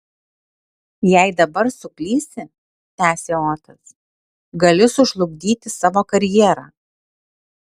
jei dabar suklysi tęsė otas gali sužlugdyti savo karjerą